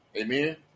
Amen